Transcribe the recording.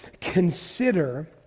consider